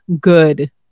good